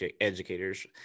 educators